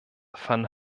van